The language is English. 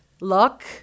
luck